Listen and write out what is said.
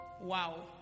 Wow